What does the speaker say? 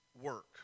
work